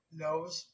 knows